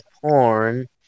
porn